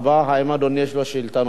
האם אדוני יש לו שאלה נוספת